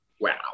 Wow